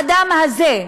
אם האדם הזה,